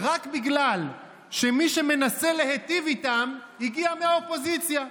רק בגלל שמי שמנסה להיטיב איתם הגיע מהאופוזיציה.